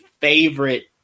favorite